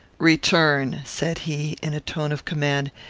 return, said he, in a tone of command,